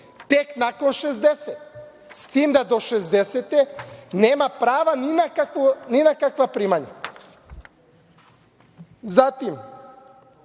tek nakon 60, s tim da do 60. nema prava ni na kakva primanja. Zatim,